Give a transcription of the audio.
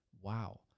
wow